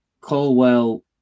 Colwell